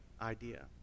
idea